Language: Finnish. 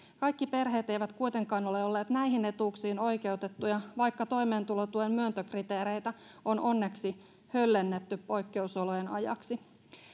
kaikki perheet eivät kuitenkaan ole olleet näihin etuuksiin oikeutettuja vaikka toimeentulotuen myöntökriteereitä on onneksi höllennetty poikkeusolojen ajaksi